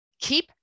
Keep